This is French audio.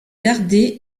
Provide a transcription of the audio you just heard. gardé